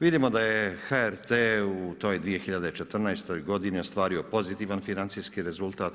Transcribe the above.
Vidimo da je HRT u toj 2014. g. ostvario pozitivan financijski rezultat,